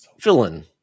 Villain